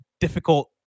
difficult